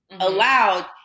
allowed